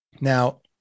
Now